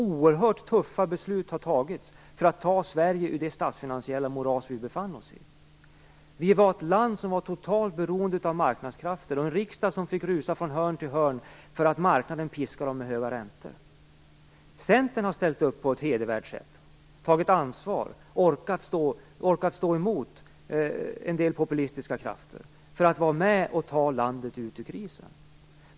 Oerhört tuffa beslut har tagits för att ta Sverige ur det statsfinansiella moras vi befann oss i. Vi var ett land som var totalt beroende av marknadskrafterna. Riksdagen fick rusa från hörn till hörn därför att marknaden piskade med höga räntor. Centern har ställt upp på ett hedervärt sätt och tagit ansvar, orkat stå emot en del populistiska krafter för att vara med och ta landet ut ur krisen.